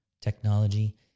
technology